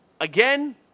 Again